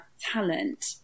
talent